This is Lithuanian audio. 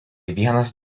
vienas